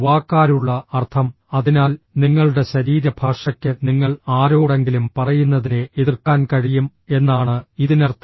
വാക്കാലുള്ള അർത്ഥം അതിനാൽ നിങ്ങളുടെ ശരീരഭാഷയ്ക്ക് നിങ്ങൾ ആരോടെങ്കിലും പറയുന്നതിനെ എതിർക്കാൻ കഴിയും എന്നാണ് ഇതിനർത്ഥം